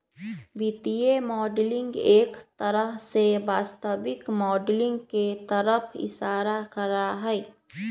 वित्तीय मॉडलिंग एक तरह से वास्तविक माडलिंग के तरफ इशारा करा हई